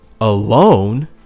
alone